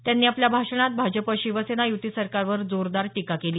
त्यांनी आपल्या भाषणात भाजप शिवसेना युती सरकारवर जोरदार टीका केली